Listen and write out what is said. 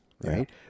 right